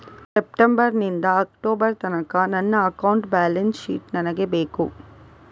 September ನಿಂದ October ತನಕ ನನ್ನ ಅಕೌಂಟ್ ಬ್ಯಾಲೆನ್ಸ್ ಶೀಟ್ ನನಗೆ ಬೇಕು